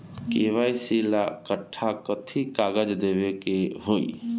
KYC ला कट्ठा कथी कागज देवे के होई?